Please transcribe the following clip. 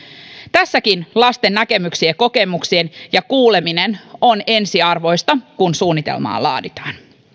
tässäkin lasten näkemyksien ja kokemuksien kuuleminen on ensiarvoista kun suunnitelmaa laaditaan